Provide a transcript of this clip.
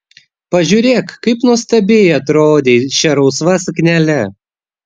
pažiūrėk kaip nuostabiai atrodei šia rusva suknele